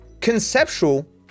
conceptual